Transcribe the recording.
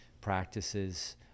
practices